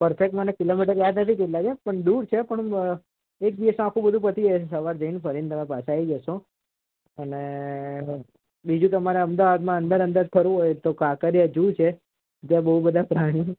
perfect મને kilometre યાદ નથી કેટલા છે પણ દૂર છે પણ એક દિવસમાં આખું બધું પતી જાય સવાર જઈને ફરીને તમે પાછા આવી જશો અને બીજું તમારા અમદાવાદમાં અંદર અંદર ફરવું હોય તો કાંકરિયા ઝૂ છે ત્યાં બહુ બધા પ્રાણી